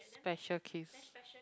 special case